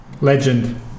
Legend